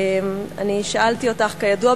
אני שאלתי אותך: כידוע,